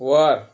वर